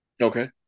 Okay